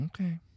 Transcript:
Okay